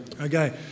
Okay